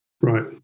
right